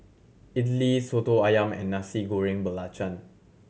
idly Soto Ayam and Nasi Goreng Belacan